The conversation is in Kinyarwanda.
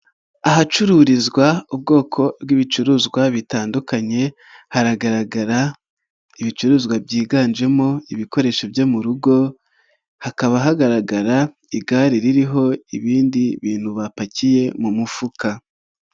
Ahacururizwa ubwoko bw'ibicuruzwa bitandukanye haragaragara ibicuruzwa byiganjemo ibikoresho byo mu rugo, hakaba hagaragara igare ririho ibindi bintu bapakiye mu mufuka.